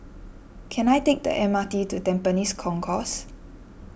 can I take the M R T to Tampines Concourse